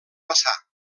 passar